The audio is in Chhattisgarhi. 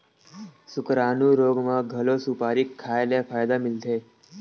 सुकरानू रोग म घलो सुपारी खाए ले फायदा मिलथे